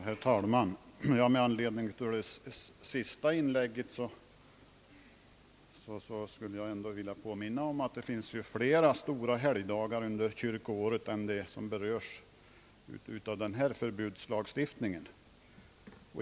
Herr talman! Med anledning av det senaste inlägget vill jag påminna om att det finns flera stora helgdagar under kyrkoåret förutom dem som berörs av förbudslagstiftningen.